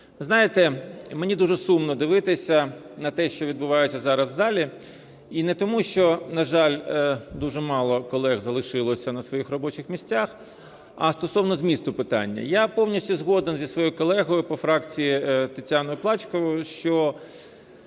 знаєте, мені дуже сумно дивитися на те, що відбувається зараз в залі. І не тому, що, на жаль, дуже мало колег залишилося на своїх робочих місцях, а стосовно змісту питання. Я повністю згоден зі своєю колегою по фракції Тетяною Плачковою, що,